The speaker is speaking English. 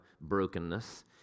brokenness